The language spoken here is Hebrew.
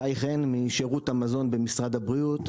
אני שי חן משירות המזון במשרד הבריאות.